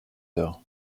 heures